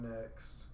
next